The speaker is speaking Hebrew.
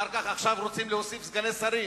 עכשיו רוצים להוסיף סגני שרים,